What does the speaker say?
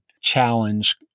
challenge